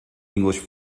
english